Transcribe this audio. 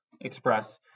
Express